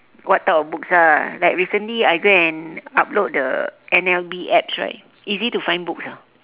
what type of books ah like recently I go and upload the N_L_B apps right easy to find books ah